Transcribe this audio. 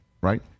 Right